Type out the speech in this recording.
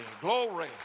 Glory